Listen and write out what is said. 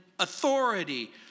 Authority